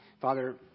Father